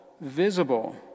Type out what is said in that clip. visible